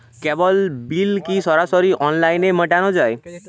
কেবল bill কি সরাসরি অনলাইনে মেটানো য়ায়?